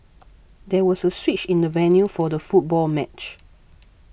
there was a switch in the venue for the football match